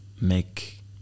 make